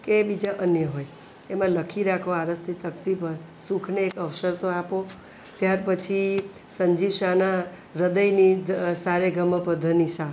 કે બીજા અન્ય હોય એમાં લખી રાખવા આરસતી તકતી પર સુખને એક અવસર તો આપો ત્યારપછી સંજીવ શાહના હ્રદયની સારેગમપધનિશા